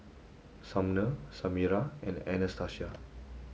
Sumner Samira and Anastacia